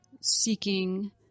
seeking